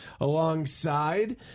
alongside